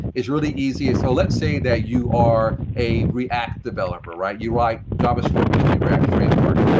it's really easy, so let's say that you are a react developer, right? you write javascript using the react framework,